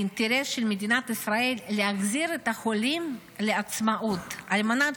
האינטרס של מדינת ישראל הוא להחזיר את החולים לעצמאות על מנת